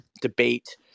debate